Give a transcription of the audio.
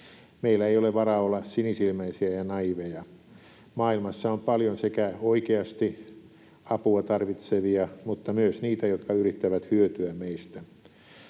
Meillä ei ole varaa olla sinisilmäisiä ja naiiveja. Maailmassa on paljon sekä oikeasti apua tarvitsevia mutta myös niitä, jotka yrittävät hyötyä meistä.